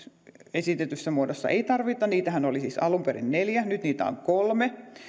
esitetyssä muodossa ei tarvita niitähän oli siis alun perin neljä nyt niitä on kolme